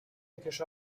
فکرشو